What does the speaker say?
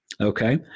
Okay